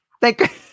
Thank